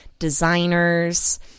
designers